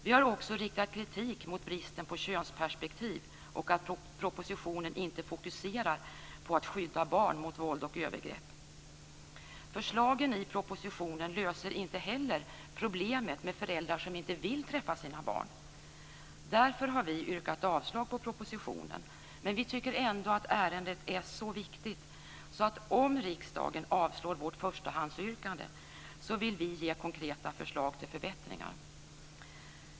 Vi har också riktat kritik mot bristen på könsperspektiv, och mot att propositionen inte fokuserar på att skydda barn mot våld och övergrepp. Förslagen i propositionen löser inte heller problemet med föräldrar som inte vill träffa sina barn. Därför har vi yrkat avslag på propositionen. Men vi tycker ändå att ärendet är så viktigt att om riksdagen avslår vårt förstahandsyrkande vill vi ge konkreta förslag till förbättringar.